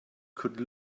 could